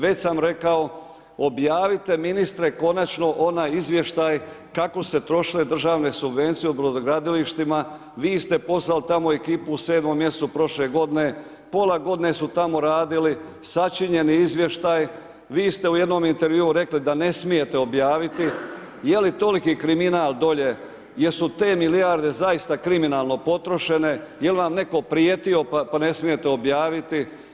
Već sam rekao, objavite ministre konačno onaj izvještaj kako se troše državne subvencije u Brodogradilištima, vi ste poslali tamo ekipu u 7 mjesecu prošle godine, pola godine su tamo radili, sačinjen je izvještaj, vi ste u jednom intervjuu rekli da ne smijete objaviti, je li toliki kriminal dolje, jesu te milijarde zaista kriminalno potrošene, jel vam netko prijetio, pa ne smijete objaviti.